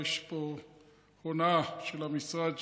יש פה הונאה של המשרד,